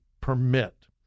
permit